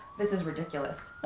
this is ridiculous.